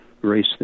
race